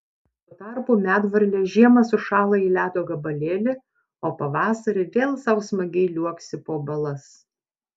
tuo tarpu medvarlė žiemą sušąla į ledo gabalėlį o pavasarį vėl sau smagiai liuoksi po balas